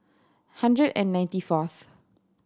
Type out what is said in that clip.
hundred and ninety fourth